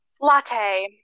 Latte